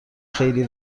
خیلی